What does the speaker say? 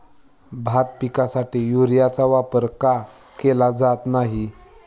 भात पिकासाठी युरियाचा वापर का केला जात नाही?